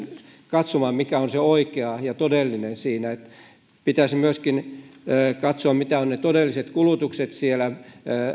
katsomaan mikä on se oikea ja todellinen siinä että pitäisi myöskin katsoa mitä ovat ne todelliset kulutukset siellä